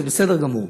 זה בסדר גמור.